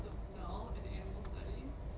cell in animal